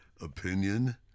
opinion